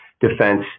defense